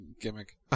gimmick